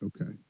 Okay